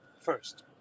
first